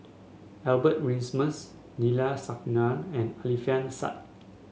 Albert Winsemius Neila Sathyalingam and Alfian Sa'at